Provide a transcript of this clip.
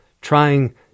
trying